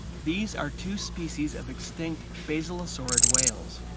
these are two species of extinct basilosaurid whales!